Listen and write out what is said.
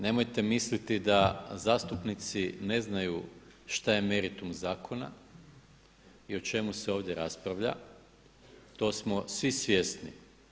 Nemojte misliti da zastupnici ne znaju šta je meritum zakona i o čemu se ovdje raspravlja, to smo svi svjesni.